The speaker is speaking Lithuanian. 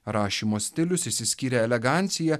rašymo stilius išsiskyrė elegancija